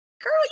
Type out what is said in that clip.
girl